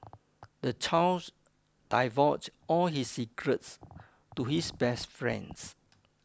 the child divulged all his secrets to his best friends